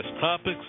topics